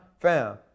fam